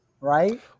right